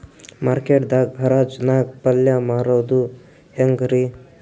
Market ದಾಗ್ ಹರಾಜ್ ನಾಗ್ ಪಲ್ಯ ಮಾರುದು ಹ್ಯಾಂಗ್ ರಿ?